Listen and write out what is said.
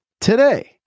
today